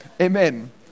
Amen